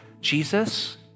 Jesus